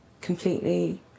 completely